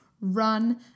run